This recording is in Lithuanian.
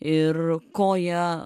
ir ko ja